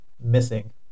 missing